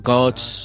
God's